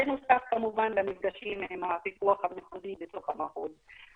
בנוסף למפגשים עם הפיקוח המחוזי בתוך המחוז.